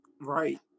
right